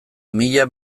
mila